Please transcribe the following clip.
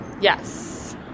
yes